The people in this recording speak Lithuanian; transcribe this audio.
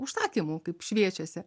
užsakymų kaip šviečiasi